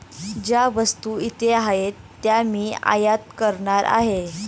ज्या वस्तू इथे आहेत त्या मी आयात करणार आहे